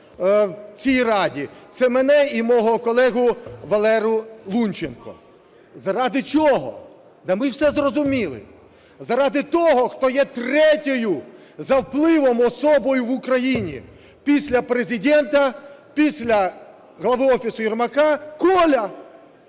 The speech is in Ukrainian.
в цій Раді – це мене і мого колегу Валеру Лунченка. Заради чого? Та ми все зрозуміли. Заради того, хто є третьою за впливом особою в Україні після Президента, після голови Офісу Єрмака – Коля.